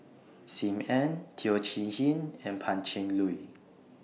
SIM Ann Teo Chee Hean and Pan Cheng Lui